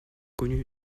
connu